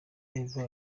eva